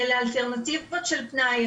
אלטרנטיבות של פנאי.